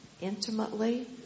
intimately